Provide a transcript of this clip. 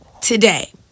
today